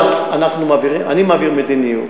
אני מעביר מדיניות,